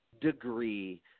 degree